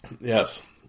Yes